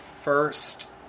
first